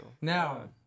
Now